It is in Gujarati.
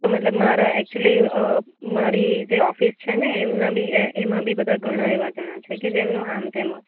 તો મતલબ મારા એકચ્યુલી મારી જે ઓફિસ છે ને એમના એમાં બી બધાં ઘણાં એવા જણા છે કે જેમનું આમ તેમ હોય